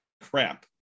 crap